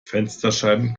fensterscheiben